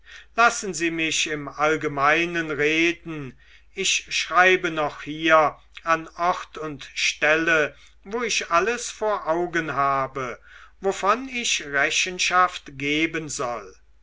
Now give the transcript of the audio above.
lassen sie mich im allgemeinen reden ich schreibe noch hier an ort und stelle wo ich alles vor augen habe wovon ich rechenschaft geben soll